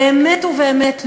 באמת ובאמת,